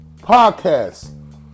podcast